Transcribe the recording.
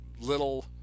little